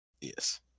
Yes